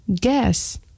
Guess